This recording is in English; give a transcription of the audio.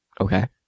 Okay